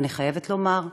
אני חייבת לומר,